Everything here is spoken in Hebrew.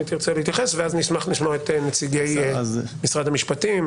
ואז נשמח לשמוע את נציגי משרד המשפטים,